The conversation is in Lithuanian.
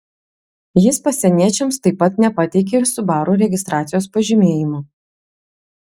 jis pasieniečiams taip pat nepateikė ir subaru registracijos pažymėjimo